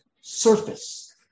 surface